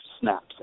snaps